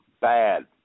bad